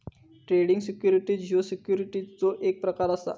trading securities ह्यो सिक्युरिटीजचो एक प्रकार असा